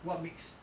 what makes